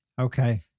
Okay